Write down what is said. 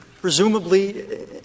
Presumably